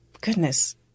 goodness